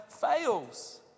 fails